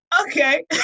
okay